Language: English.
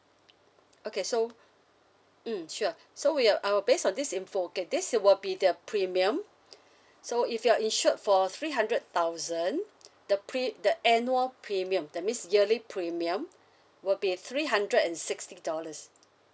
okay so mm sure so we'll I will base on this info okay this will be the premium so if you're insured for three hundred thousand the pre~ the annual premium that means yearly premium will be three hundred and sixty dollars